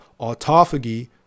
autophagy